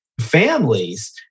families